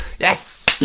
Yes